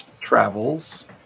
travels